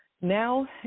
now